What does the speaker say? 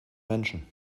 menschen